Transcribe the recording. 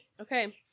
okay